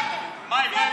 אם זה בעברית, זה בסדר.